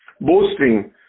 Boasting